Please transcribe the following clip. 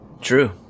True